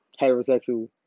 heterosexual